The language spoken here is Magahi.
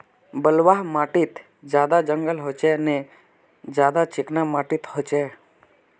बलवाह माटित ज्यादा जंगल होचे ने ज्यादा चिकना माटित होचए?